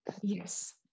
Yes